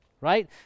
right